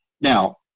Now